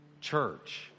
church